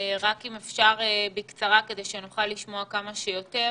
רק אם אפשר בקצרה, כדי שנוכל לשמוע כמה שיותר.